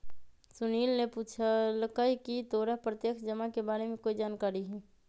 सुनील ने पूछकई की तोरा प्रत्यक्ष जमा के बारे में कोई जानकारी हई